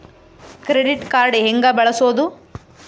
Credit card ಹೆಂಗ ಬಳಸೋದು?